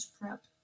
prep